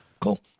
Cool